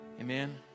Amen